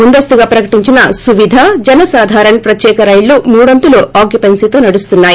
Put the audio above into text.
ముందస్తుగా ప్రకటించిన ్సువిధ జనసాధారణ్ ప్రత్యేక రైళ్లు మూడొంతుల ఆక్కుపెన్సీతో నడుస్తున్నాయి